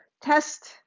test